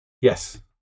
Yes